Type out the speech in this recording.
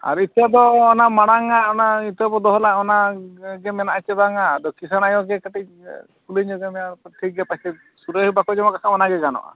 ᱟᱨ ᱤᱛᱟᱹ ᱫᱚ ᱚᱱᱟ ᱢᱟᱲᱟᱝᱼᱟᱜ ᱚᱱᱟ ᱤᱛᱟᱹᱵᱚ ᱫᱚᱦᱚ ᱞᱮᱫ ᱚᱱᱟᱜᱮ ᱢᱮᱱᱟᱜᱼᱟ ᱪᱮ ᱵᱟᱝᱼᱟ ᱟᱫᱚ ᱠᱤᱥᱟᱹᱬ ᱟᱭᱳᱜᱮ ᱠᱟᱹᱴᱤᱡ ᱠᱩᱞᱤ ᱧᱚᱜᱮ ᱢᱮ ᱴᱷᱤᱠᱜᱮ ᱯᱟᱪᱮᱫ ᱥᱩᱨᱟᱹᱭ ᱦᱚᱸ ᱵᱟᱠᱚ ᱡᱚᱢᱟᱣᱟᱠᱟᱫ ᱠᱷᱟᱱ ᱚᱱᱟᱜᱮ ᱜᱟᱱᱚᱜᱼᱟ